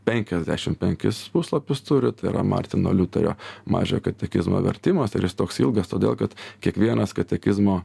penkiasdešim penkis puslapius turi tai yra martino liuterio mažojo katekizmo vertimas ir jis toks ilgas todėl kad kiekvienas katekizmo